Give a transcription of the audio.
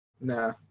Nah